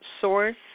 source